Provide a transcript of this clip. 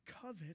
Covet